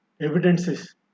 evidences